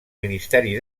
ministeri